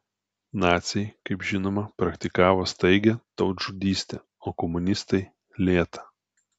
naciai kaip žinoma praktikavo staigią tautžudystę o komunistai lėtą